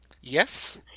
Yes